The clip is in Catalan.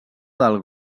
del